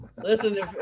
Listen